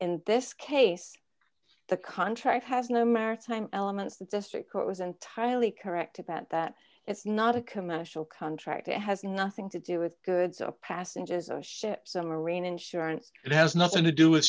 in this case the contract has no maritime elements the district court was entirely correct about that it's not a commercial contract it has nothing to do with goods a passenger is a ship some marine insurance it has nothing to do